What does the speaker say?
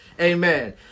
Amen